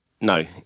No